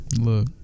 look